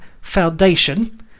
Foundation